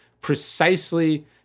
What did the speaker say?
precisely